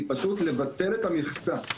היא פשוט לבטל את המכסה.